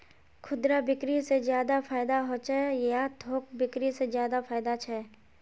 खुदरा बिक्री से ज्यादा फायदा होचे या थोक बिक्री से ज्यादा फायदा छे?